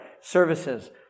services